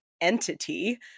entity